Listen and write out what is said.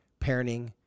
parenting